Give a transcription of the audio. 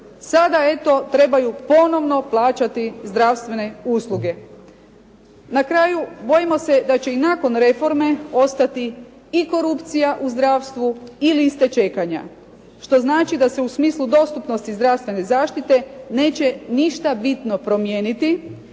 Sada eto trebaju ponovno plaćati zdravstvene usluge. Na kraju, bojimo se da će i nakon reforme ostati i korupcija u zdravstvu i liste čekanja, što znači da se u smislu dostupnosti zdravstvene zaštite neće ništa bitno promijeniti